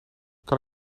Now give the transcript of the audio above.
kan